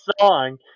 song